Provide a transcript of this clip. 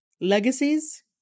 legacies